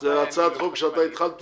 זו הצעת חוק שהתחלת